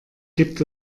gibt